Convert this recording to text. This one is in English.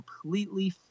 completely